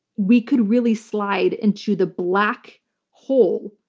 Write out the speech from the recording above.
we could really slide into the black hole,